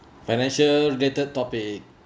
financial related topic